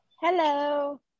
hello